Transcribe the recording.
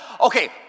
okay